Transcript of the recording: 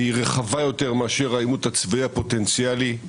היא רחבה יותר מאשר העימות הצבאי הפוטנציאלי,